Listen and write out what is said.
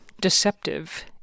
Deceptive